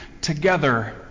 together